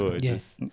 Yes